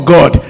God